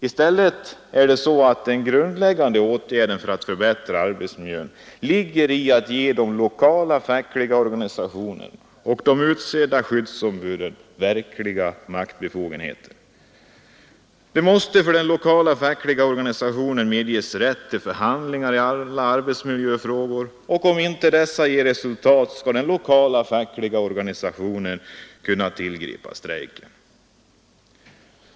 I stället måste de grundläggande åtgärderna för att förbättra arbetsmiljön bli att ge de lokala fackliga organisationerna och de utsedda skyddsombuden verkliga maktbefogenheter. Den lokala fackliga organisationen måste medges rätt till förhandlingar i alla arbetsmiljöfrågor, och om inte dessa ger resultat, skall den lokala fackliga organisationen kunna tillgripa strejk.